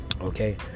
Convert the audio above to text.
Okay